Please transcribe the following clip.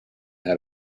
had